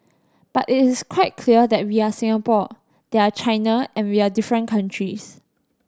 but it is quite clear that we are Singapore they are China and we are different countries